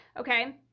okay